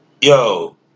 yo